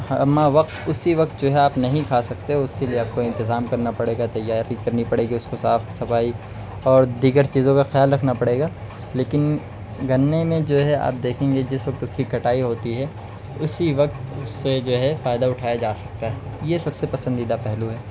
ہمہ وقت اسی وقت جو ہے آپ نہیں کھا سکتے اس کے لیے آپ کو انتظام کرنا پڑے گا تیاری کرنی پڑے گی اس کو صاف صفائی اور دیگر چیزوں کا خیال رکھنا پڑے گا لیکن گنے میں جو ہے آپ دیکھیں گے جس وقت اس کی کٹائی ہوتی ہے اسی وقت اس سے جو ہے فائدہ اٹھایا جا سکتا ہے یہ سب سے پسندیدہ پہلو ہے